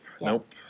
nope